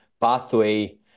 pathway